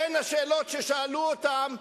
בין השאלות ששאלו אותם: